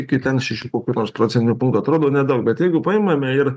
iki ten šešių kokių nors procentinio punkto atrodo nedaug bet jeigu paimame ir